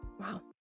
Wow